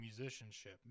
musicianship